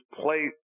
play